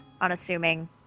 Unassuming